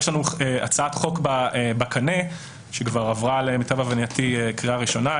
יש לנו הצעת חוק בקנה שלמיטב הבנתי כבר עברה קריאה ראשונה,